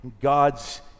God's